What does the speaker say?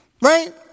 Right